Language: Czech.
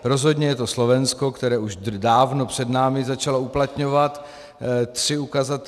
Rozhodně je to Slovensko, které už dávno před námi začalo uplatňovat tři ukazatele.